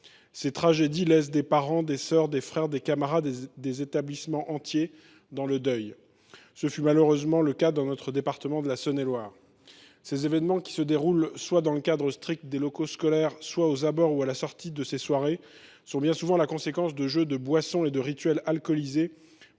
le deuil des parents, des sœurs, des frères, des camarades et des établissements entiers. Ce fut malheureusement le cas dans notre département de Saône et Loire. Ces événements qui se déroulent soit dans le cadre strict des locaux scolaires, soit aux abords ou à la sortie de ces soirées, sont bien souvent la conséquence de jeux de boisson et de rituels alcoolisés,